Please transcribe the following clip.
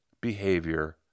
behavior